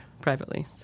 privately